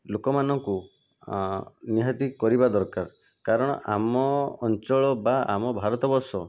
ଲୋକମାନଙ୍କୁ ନିହାତି କରିବା ଦରକାର କାରଣ ଆମ ଅଞ୍ଚଳ ବା ଆମ ଭାରତ ବର୍ଷ